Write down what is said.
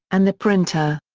and the printer.